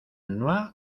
noir